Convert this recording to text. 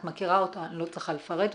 את מכירה אותה, אני לא צריכה לפרט אותה.